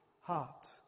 heart